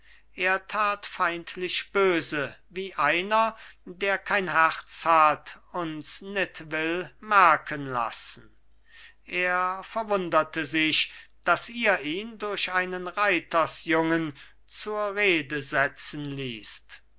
er tat feindlich böse wie einer der kein herz hat und s nit will merken lassen er verwunderte sich daß ihr ihn durch einen reitersjungen zur rede setzen ließt